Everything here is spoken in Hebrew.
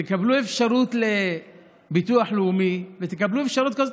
תקבלו אפשרות לביטוח לאומי, תקבלו אפשרות כזאת.